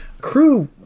crew